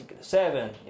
seven